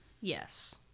Yes